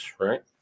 right